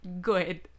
good